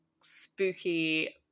spooky